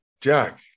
Jack